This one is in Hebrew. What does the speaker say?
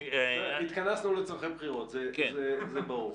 --- התכנסנו לצורכי בחירות, זה ברור.